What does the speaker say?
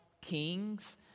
kings